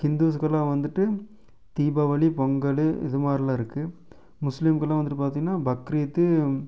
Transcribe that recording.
ஹிந்துஸ்க்குலாம் வந்துட்டு தீபாவளி பொங்கல் இதுமாதிரிலாம் இருக்குது முஸ்லீம்க்குலாம் வந்துட்டு பார்த்திங்கனா பக்ரீத்து